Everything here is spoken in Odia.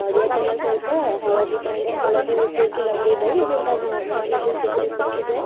ନଡ଼ିଆ ତେଲ ସହିତ ହଳଦୀ ପାଣି ହଲଦୀ ମିଶେଇକି ଲଗେଇ ଦେଉ ଏବଂ ତା' ଘ ଘାଆ ମଧ୍ୟ ଶୀଘ୍ର ଶୁଖିଯାଏ